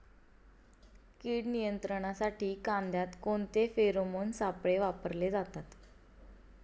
कीड नियंत्रणासाठी कांद्यात कोणते फेरोमोन सापळे वापरले जातात?